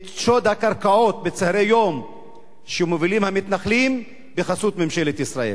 את שוד הקרקעות בצהרי היום שמובילים המתנחלים בחסות ממשלת ישראל.